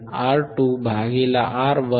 R2R1 0